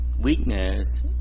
weakness